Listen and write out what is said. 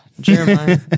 Jeremiah